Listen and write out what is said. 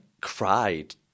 cried